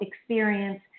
experience